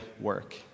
work